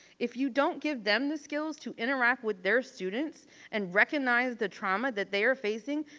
if you don't give them the skills to interact with their students and recognize the trauma that they are facing,